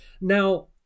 Now